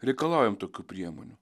reikalaujam tokių priemonių